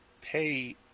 pay